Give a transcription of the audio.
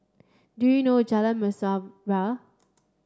do you know Jalan Mesra where